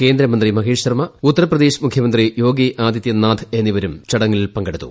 കേന്ദ്രമന്ത്രി മഹ്നീഷ് ശർമ്മ ഉത്തർപ്രദേശ് മുഖ്യമന്ത്രി യോഗി ആദിത്യനങ്ങൾ ഐന്നിവരും ചടങ്ങിൽ പങ്കെടുത്തു